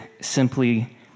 simply